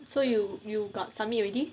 so you you got submit already